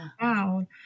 down